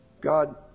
God